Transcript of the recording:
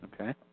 Okay